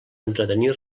entretenir